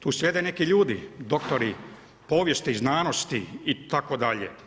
Tu sjede neki ljudi, doktori povijesti i znanosti itd.